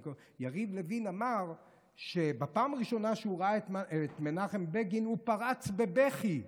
יריב לוין אמר שבפעם הראשונה שהוא ראה את מנחם בגין הוא פרץ בבכי.